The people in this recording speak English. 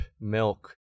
milk